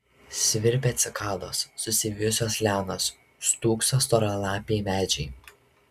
svirpia cikados susivijusios lianos stūkso storalapiai medžiai